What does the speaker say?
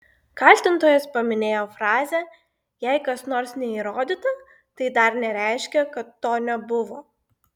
kaltintojas paminėjo frazę jei kas nors neįrodyta tai dar nereiškia kad to nebuvo